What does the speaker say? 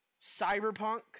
cyberpunk